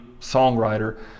songwriter